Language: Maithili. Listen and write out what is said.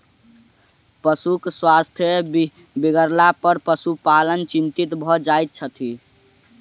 पशुक स्वास्थ्य बिगड़लापर पशुपालक चिंतित भ जाइत छथि